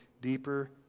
deeper